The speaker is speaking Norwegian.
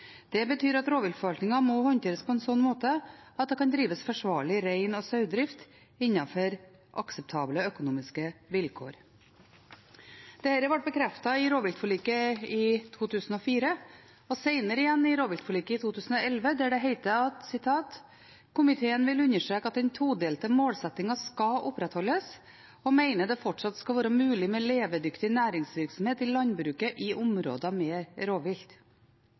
Dette betyr at rovviltforvaltningen må håndteres på en slik måte at det kan drives forsvarlig rein- og sauedrift innenfor akseptable økonomiske rammevilkår.» Dette ble bekreftet i rovviltforliket i 2004 og senere igjen i rovviltforliket i 2011, der det heter: «Komiteen vil understreke at den todelte målsetningen skal opprettholdes, og mener at det fortsatt skal være mulig med levedyktig næringsvirksomhet i landbruket i områder med rovvilt.»